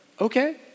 Okay